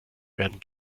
werden